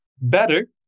better